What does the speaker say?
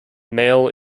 mail